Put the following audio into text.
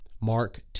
Mark